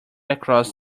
across